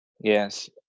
yes